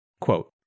Quote